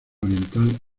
oriental